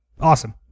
Awesome